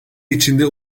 içinde